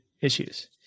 issues